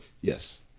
Yes